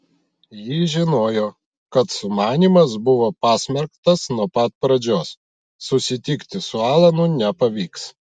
ji žinojo kad sumanymas buvo pasmerktas nuo pat pradžios susitikti su alanu nepavyks